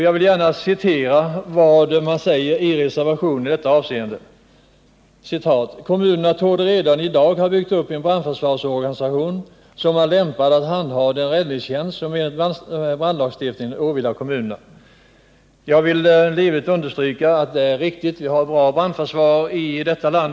Jag vill gärna citera reservationen i detta avseende: ”Kommunerna torde redan i dag ha byggt upp en brandförsvarsorganisation som är lämpad att handha den räddningstjänst som enligt brandlagstiftningen åvilar kommunerna.” Jag vill livligt understryka att det är riktigt. Vi har ett bra brandförsvar i detta land.